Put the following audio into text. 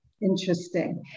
Interesting